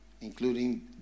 including